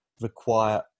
require